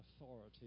authority